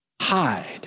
hide